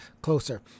closer